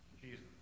Jesus